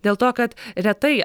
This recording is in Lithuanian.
dėl to kad retai